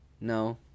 no